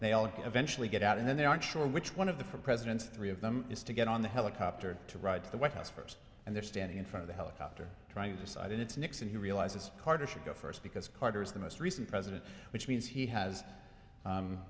wait they all eventually get out and then they aren't sure which one of the president's three of them is to get on the helicopter to ride to the white house first and they're standing in front of the helicopter trying to decide it's nixon who realizes carter should go first because carter is the most recent president which means he has